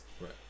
Right